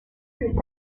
plus